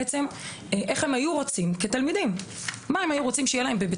מה הם היו רוצים כתלמידים שיהיה להם בבית